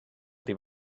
ydy